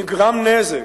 נגרם נזק.